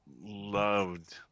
loved